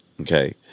okay